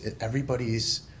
everybody's